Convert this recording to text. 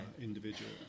individual